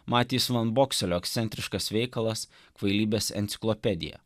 matys van bokselio ekscentriškas veikalas kvailybės enciklopedija